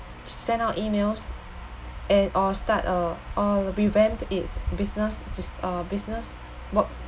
send out emails and all start uh or revamp it's business sys~ err business work